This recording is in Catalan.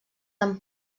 amb